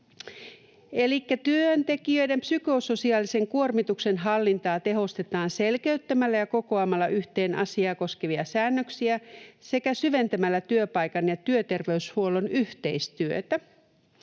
”Työntekijöiden psykososiaalisen kuormituksen hallintaa tehostetaan selkiyttämällä ja kokoamalla yhteen asiaa koskevia säännöksiä sekä syventämällä työpaikan ja työterveyshuollon yhteistyötä.